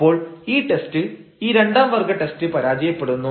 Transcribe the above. അപ്പോൾ ഈ ടെസ്റ്റ് ഈ രണ്ടാം വർഗ്ഗ ടെസ്റ്റ് പരാജയപ്പെടുന്നു